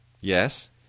Yes